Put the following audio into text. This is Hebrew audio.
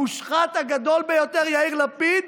המושחת הגדול ביותר, יאיר לפיד,